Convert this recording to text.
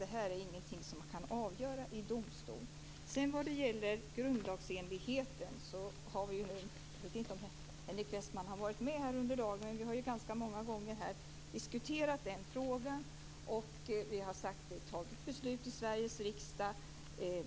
Detta är ingenting som kan avgöras i domstol. Vad gäller grundlagsenligheten vet jag inte om Henrik Westman har varit med här under dagen. Vi har ganska många gånger diskuterat den frågan. Vi har fattat ett beslut i Sveriges riksdag.